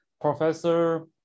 professor